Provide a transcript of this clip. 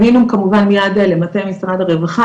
פנינו כמובן מיד למטה משרד הרווחה,